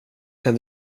kan